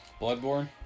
Bloodborne